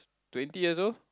twenty years old